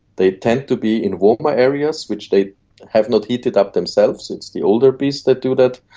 they tend to be in warmer areas which they have not heated up themselves, it's the older bees that do that,